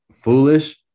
Foolish